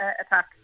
attack